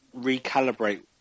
recalibrate